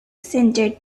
centered